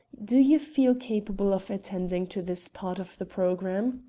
do you feel capable of attending to this part of the programme?